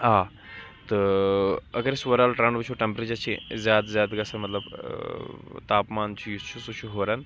آ تہٕ اگر أسۍ اووَرآل ٹرٛیٚنٛڈ وٕچھو ٹیٚمپریچَر چھِ زیادٕ زیادٕ گژھان مطلب تاپمان چھُ یُس چھُ سُہ چھُ ہُران